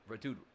dude